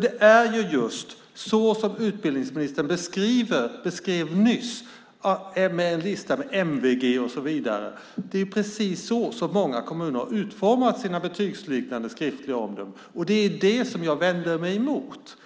Det är just så som utbildningsministern beskrev det nyss, en lista med MVG och så vidare, som många kommuner har utformat sina betygsliknande skriftliga omdömen. Det är det som jag vänder mig emot.